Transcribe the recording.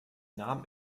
namen